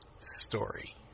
Story